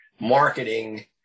marketing